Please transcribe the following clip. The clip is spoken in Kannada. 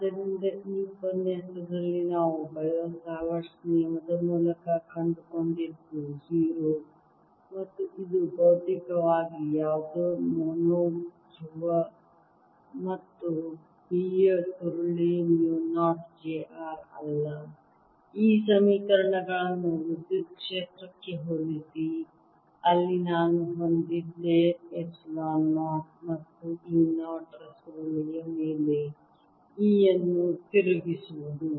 ಆದ್ದರಿಂದ ಈ ಉಪನ್ಯಾಸದಲ್ಲಿ ನಾವು ಬಯೋ ಸಾವರ್ಟ್ ನಿಯಮದ ಮೂಲಕ ಕಂಡುಕೊಂಡದ್ದು 0 ಮತ್ತು ಇದು ಭೌತಿಕವಾಗಿ ಯಾವುದೇ ಮೊನೊ ಧ್ರುವ ಮತ್ತು B ಯ ಸುರುಳಿ ಮ್ಯೂ 0 j r ಅಲ್ಲ ಈ ಸಮೀಕರಣಗಳನ್ನು ವಿದ್ಯುತ್ ಕ್ಷೇತ್ರಕ್ಕೆ ಹೋಲಿಸಿ ಅಲ್ಲಿ ನಾನು ಹೊಂದಿದ್ದೆ ಎಪ್ಸಿಲಾನ್ 0 ಮತ್ತು E 0 ರ ಸುರುಳಿಯ ಮೇಲೆ E ಅನ್ನು ತಿರುಗಿಸುವುದು